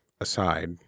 aside